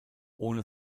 ohne